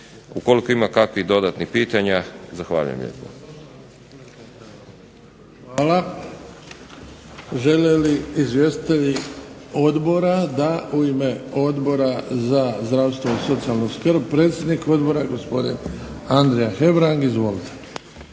Ukoliko ima kakvih dodatnih pitanja, zahvaljujem lijepo. **Bebić, Luka (HDZ)** Hvala. Žele li izvjestitelji Odbora? DA. U ime Odbora za zdravstvo i socijalnu skrb, predsjednik Odbora gospodin Andrija Hebrang, izvolite.